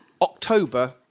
October